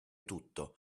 tutto